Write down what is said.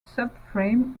subframe